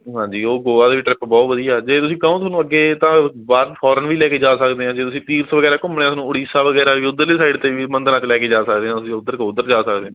ਹਾਂਜੀ ਉਹ ਗੋਆ ਦੀ ਵੀ ਟਰਿਪ ਬਹੁਤ ਵਧੀਆ ਜੇ ਤੁਸੀਂ ਕਹੋ ਤੁਹਾਨੂੰ ਅੱਗੇ ਤਾਂ ਬਾਹਰ ਫੋਰਨ ਵੀ ਲੈ ਕੇ ਜਾ ਸਕਦੇ ਹਾਂ ਜੇ ਤੁਸੀਂ ਤੀਰਥ ਵਗੈਰਾ ਘੁੰਮਣਾ ਤੁਹਾਨੂੰ ਉੜੀਸਾ ਵਗੈਰਾ ਵੀ ਉੱਧਰਲੀ ਸਾਈਡ 'ਤੇ ਵੀ ਮੰਦਰਾਂ 'ਚ ਲੈ ਕੇ ਜਾ ਸਕਦੇ ਹਾਂ ਅਸੀਂ ਉੱਧਰ ਕਹੋ ਉੱਧਰ ਜਾ ਸਕਦੇ